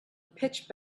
pitch